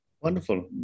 Wonderful